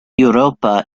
europa